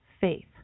faith